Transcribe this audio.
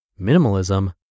Minimalism